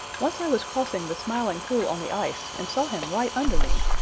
once i was crossing the smiling pool on the ice and saw him right under me.